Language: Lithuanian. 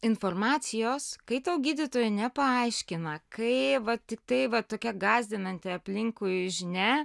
informacijos kai tau gydytojai nepaaiškina kai va tai va tokia gąsdinanti aplinkui žinia